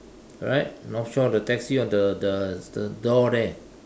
right North Shore the taxi on the the the door there